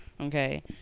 okay